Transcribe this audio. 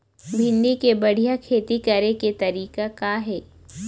भिंडी के बढ़िया खेती करे के तरीका का हे?